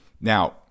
now